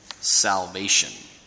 salvation